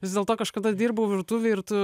vis dėlto kažkada dirbau virtuvėj ir tu